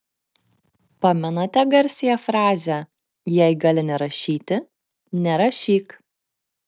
pamenate garsiąją frazę jei gali nerašyti nerašyk